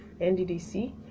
nddc